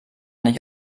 nicht